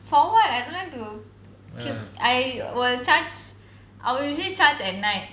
for what I don't like to keep I will charge I will usually charge at night